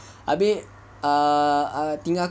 abeh ah tinggal